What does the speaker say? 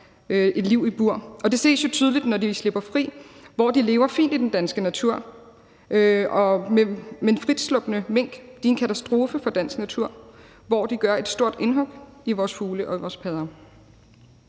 et liv i bur, og det ses jo tydeligt, når de slipper fri og lever fint i den danske natur. Men frislupne mink er en katastrofe for dansk natur, hvor de gør et stort indhug i vores fugle og vores padder.